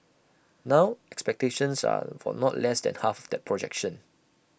now expectations are for not less than half that projection